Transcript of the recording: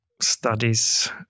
studies